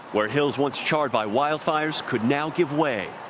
where hills once charred by wildfires could now give way.